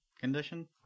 condition